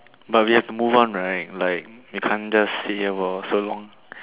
but we have to move on right like we can't just sit here for so long